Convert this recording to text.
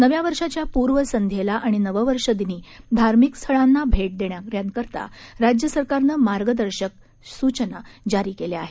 नव्या वर्षाच्या पूर्वसंध्येला आणि नववर्षदिनी धार्मिक स्थळांना भेट देणाऱ्यांकरता राज्यसरकारनं मार्गदर्शक सुचना जारी केल्या आहेत